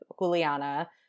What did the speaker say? Juliana